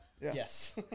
Yes